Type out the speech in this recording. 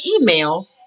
email